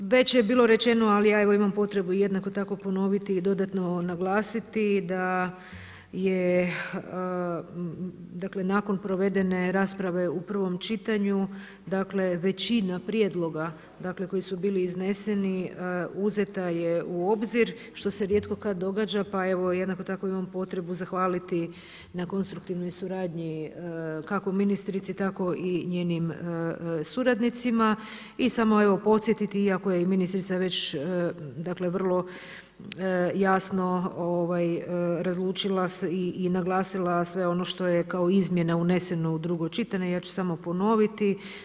Već je bilo rečeno, ali ja evo imam potrebu jednako tako ponoviti i dodatno naglasiti da je nakon provedene rasprave u prvom čitanju, većina prijedloga koji su bili izneseni, uzeta je u obzir što se rijetko kad događa pa evo, jednako tako imam potrebu zahvaliti na konstruktivnoj suradnji kako ministrici tako i njenim suradnicima i samo evo podsjetiti iako je ministrica već, dakle vrlo jasno razlučila i naglasila sve ono što je kao izmjena uneseno u drugo čitanje, ja ću samo ponoviti.